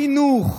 חינוך,